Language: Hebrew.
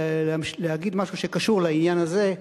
לומר משהו שקשור לעניין הזה,